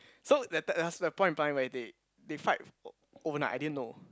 so that time there was a point in time where they they fight overnight I didn't know